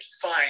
fine